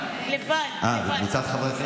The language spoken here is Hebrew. אבל הרבה פעמים קורה שפתאום המציע לא נמצא או השר,